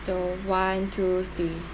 so one two three